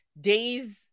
days